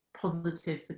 positive